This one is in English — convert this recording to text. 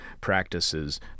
practices